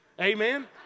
amen